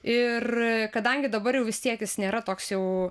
ir kadangi dabar jau vis tiek jis nėra toks jau